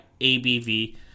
ABV